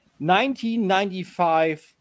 1995